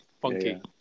Funky